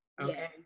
okay